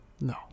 no